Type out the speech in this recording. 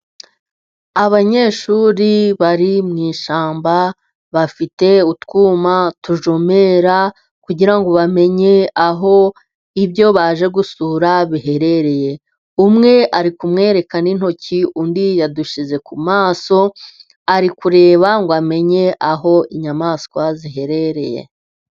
Abanyeshuri bari mu ishyamba bafite utwuma tujomera, kugira ngo bamenye aho ibyo baje gusura biherereye, umwe ari kumwereka n'intoki undi yadushyize ku maso, ari kureba ngo amenye aho inyamaswa ziherereye.